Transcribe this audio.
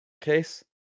case